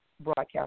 Broadcast